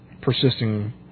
persisting